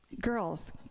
Girls